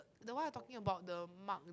the one I talking about the mark